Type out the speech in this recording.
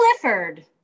Clifford